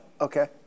okay